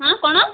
ହଁ କ'ଣ